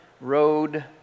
road